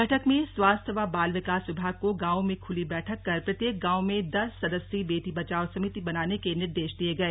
बैठक में स्वास्थ्य व बाल विकास विभाग को गांवों में खुली बैठक कर प्रत्येक गांव में दस सदस्यीय बेटी बचाओ समिति बनाने के निर्देश दिए गए